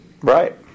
right